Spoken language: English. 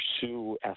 pursue